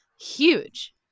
huge